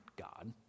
God